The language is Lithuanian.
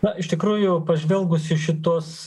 na iš tikrųjų pažvelgus į šituos